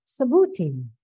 Sabuti